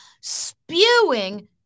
spewing